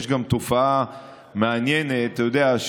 יש גם תופעה מעניינת: אתה יודע,